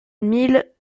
mille